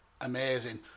Amazing